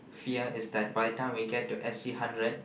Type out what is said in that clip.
fear is that by the time we get to S_G hundred